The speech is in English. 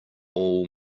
all